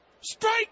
Strike